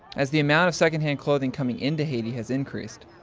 as the amount of secondhand clothing coming into haiti has increased,